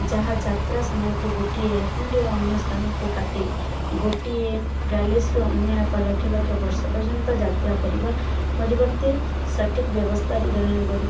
ଯାହା ଯାତ୍ରା ସମୟକୁ ଗୋଟିଏ ପୁଣି ଟିଏ ଅନ୍ୟ ସ୍ଥାନକୁ କାଟି ଗୋଟିଏ ଗ୍ୟାଲେକ୍ସିରୁ ଅନ୍ୟ ଏକ ଲକ୍ଷ ଲକ୍ଷ ବର୍ଷ ପର୍ଯ୍ୟନ୍ତ ଯାତ୍ରା କରିବା ପରିବର୍ତ୍ତେ ସଠିକ୍ ବ୍ୟବସ୍ଥାରେ ଜଣେ ଗୁରୁ